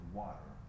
water